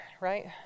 right